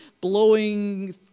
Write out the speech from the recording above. blowing